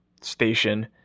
station